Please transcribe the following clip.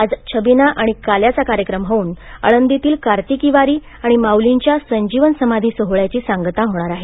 आज छबिना आणि काल्याचा कार्यक्रम होऊन आळंदीतील कार्तिकी वारी आणि माउलींच्या संजीवन समाधी सोहळ्याची सांगता होणार आहे